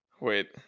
Wait